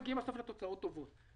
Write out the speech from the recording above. מגיעים בסוף לתוצאות טובות.